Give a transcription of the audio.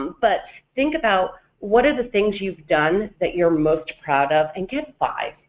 but think about what are the things you've done that you're most proud of and get five,